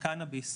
הקנאביס,